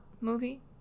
movie